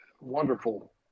wonderful